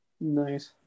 Nice